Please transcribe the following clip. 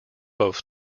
both